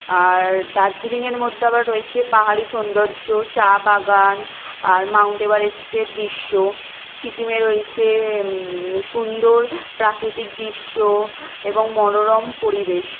আর দার্জিলিঙের মধ্যে আবার রয়েছে পাহাড়ি সৌন্দর্য চা বাগান আর মাউন্ট এভারেস্টের দৃশ্য সিকিমে রয়েছে সুন্দর প্রাকৃতিক দৃশ্য এবং মনোরম পরিবেশ